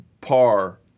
par